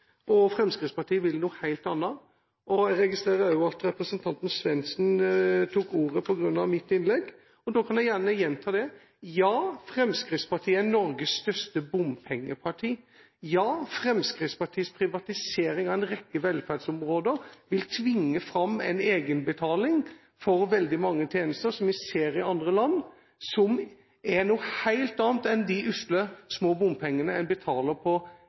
Fremskrittspartiet vil noe helt annet. Jeg registrerer òg at representanten Svendsen tok ordet på grunn av mitt innlegg. Da kan jeg gjerne gjenta det: Ja, Fremskrittspartiet er Norges største bompengeparti. Ja, Fremskrittspartiets privatisering av en rekke velferdsområder vil tvinge fram en egenbetaling for veldig mange tjenester – slik som vi ser i andre land – som er noe helt annet enn de usle, små bompengene en betaler for å kjøre på